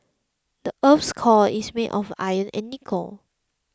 the earth's core is made of iron and nickel